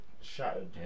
shattered